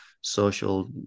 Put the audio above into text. social